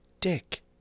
dick